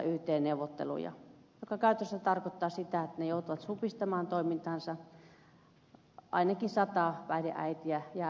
tämä käytännössä tarkoittaa sitä että ne joutuvat supistamaan toimintaansa ainakin sata päihdeäitiä jää ilman hoitoa